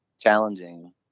challenging